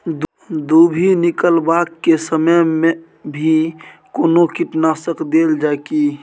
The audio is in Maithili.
दुभी निकलबाक के समय मे भी कोनो कीटनाशक देल जाय की?